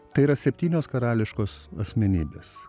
tai yra septynios karališkos asmenybės